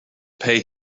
pay